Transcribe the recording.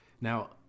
now